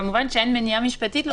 אין מניעה משפטית.